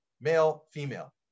male-female